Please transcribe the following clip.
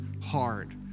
hard